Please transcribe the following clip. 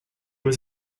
was